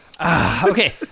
Okay